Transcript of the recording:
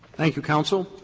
thank you, counsel.